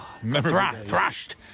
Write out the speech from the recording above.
thrashed